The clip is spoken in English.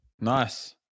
Nice